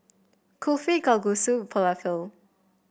Kulfi Kalguksu Falafel